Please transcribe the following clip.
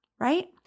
Right